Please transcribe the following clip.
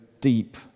deep